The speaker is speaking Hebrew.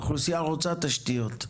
האוכלוסייה רוצה תשתיות,